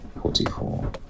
forty-four